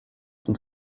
und